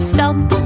Stomp